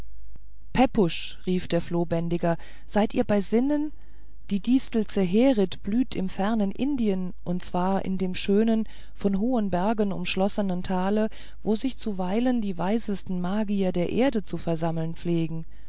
pepusch rief der flohbändiger seid ihr bei sinnen die distel zeherit blüht im fernen indien und zwar in dem schönen von hohen bergen umschlossenen tale wo sich zuweilen die weisesten magier der erde zu versammeln pflegen